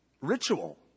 ritual